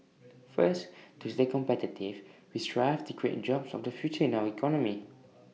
first to stay competitive we strive to create job of the future in our economy